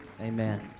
Amen